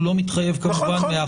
הוא לא מתחייב כמובן מהחוק.